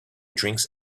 drinks